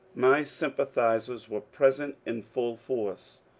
my sympathizers were present in full force.